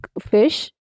fish